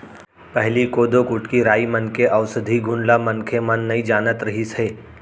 पहिली कोदो, कुटकी, राई मन के अउसधी गुन ल मनखे मन नइ जानत रिहिस हे